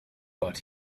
but